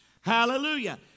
Hallelujah